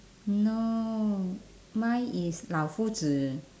no mine is 老夫子